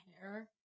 hair